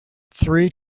three